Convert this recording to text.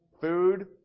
Food